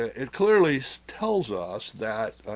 ah it clearly so tells us that